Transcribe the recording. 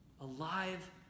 Alive